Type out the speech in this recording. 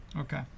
Okay